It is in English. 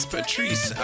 Patrice